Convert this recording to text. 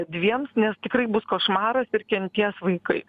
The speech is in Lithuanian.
dviems nes tikrai bus košmaras ir kentės vaikai